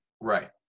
right